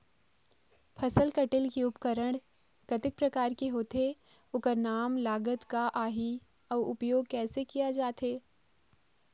फसल कटेल के उपकरण कतेक प्रकार के होथे ओकर नाम लागत का आही अउ उपयोग कैसे किया जाथे?